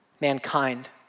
Mankind